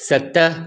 सत